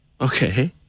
Okay